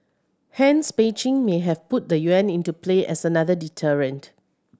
hence Beijing may have put the yuan into play as another deterrent